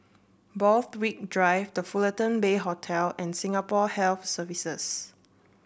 Borthwick Drive The Fullerton Bay Hotel and Singapore Health Services